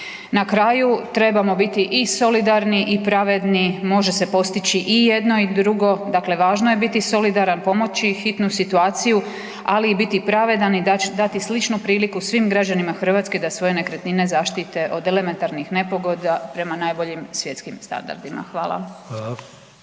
Na kraju, trebamo biti i solidarni i pravedni, može se postići i jedno i drugo, dakle važno je biti solidaran, pomoći hitnu situaciju, ali i biti pravedan i dati sličnu priliku svim građanima Hrvatske da svoje nekretnine zaštite od elementarnih nepogoda prema najboljim svjetskim standardima. Hvala.